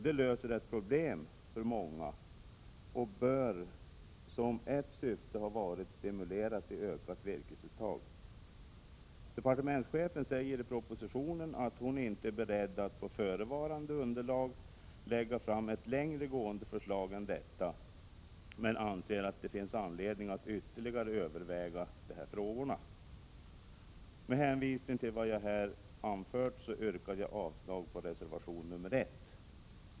Det löser ett problem för många och bör, som ett syfte har varit, stimulera till ökat virkesuttag. Departementschefen säger i propositionen att hon inte är beredd att på förevarande underlag lägga fram ett längre gående förslag än detta, men hon anser att det finns anledning att ytterligare överväga dessa frågor. Med hänvisning till vad jag anfört yrkar jag avslag på reservation nr 1.